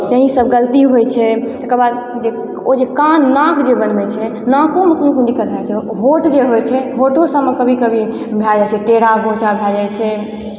यही सब गलती होइ छै तकरबाद ओ जे कान नाक जे बनबै छै नाकोमे कोनो कोनो दिक्कत भए जाइ छै होठ जे होइ छै होठो सब मे कभी कभी भए जाइ छै टेढा घोचा भए जाइ छै